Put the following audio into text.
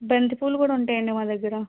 బంతి పువ్వులు కూడా ఉంటాయండి మా దగ్గర